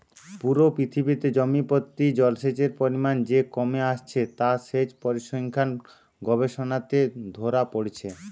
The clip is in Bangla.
পুরো পৃথিবীতে জমি প্রতি জলসেচের পরিমাণ যে কমে আসছে তা সেচ পরিসংখ্যান গবেষণাতে ধোরা পড়ছে